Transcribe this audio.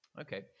Okay